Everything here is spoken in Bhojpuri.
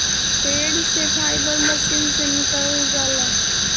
पेड़ से फाइबर मशीन से निकालल जाला